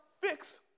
fix